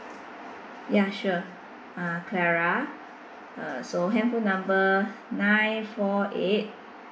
ya sure uh clara uh so handphone number nine four eight